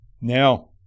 now